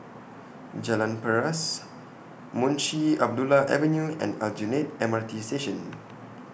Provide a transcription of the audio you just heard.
Jalan Paras Munshi Abdullah Avenue and Aljunied M R T Station